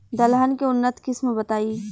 दलहन के उन्नत किस्म बताई?